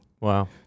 Wow